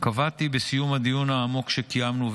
קבעתי בסיום הדיון העמוק שקיימנו,